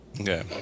Okay